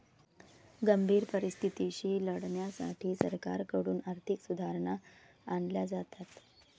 गंभीर परिस्थितीशी लढण्यासाठी सरकारकडून आर्थिक सुधारणा आणल्या जातात